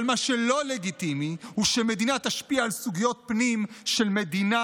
אבל מה שלא לגיטימי הוא שמדינה תשפיע על סוגיות פנים של מדינה